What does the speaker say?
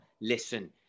listen